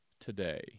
today